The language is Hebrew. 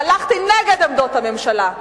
והלכתי נגד עמדות הממשלה,